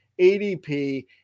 ADP